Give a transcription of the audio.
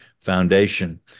foundation